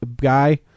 guy